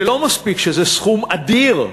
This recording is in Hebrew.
לא מספיק שזה סכום אדיר,